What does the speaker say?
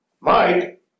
Mike